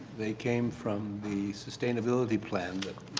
they came from the sustainability plan.